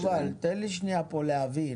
תן לי להבין.